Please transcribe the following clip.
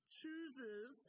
chooses